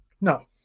No